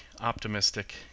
optimistic